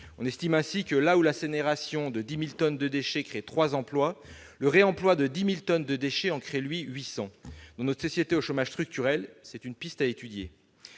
On estime ainsi que là où l'incinération de 10 000 tonnes de déchets crée trois emplois, le réemploi de 10 000 tonnes de « déchets » en crée, lui, 800. Dans notre société au chômage structurel, c'est une piste à étudier